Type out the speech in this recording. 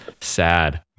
sad